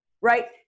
right